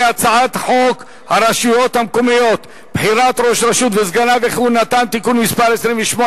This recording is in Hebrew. חוק הרשויות המקומיות (בחירת ראש הרשות וסגניו וכהונתם) (תיקון מס' 28),